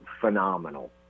phenomenal